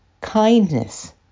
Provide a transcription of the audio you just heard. kindness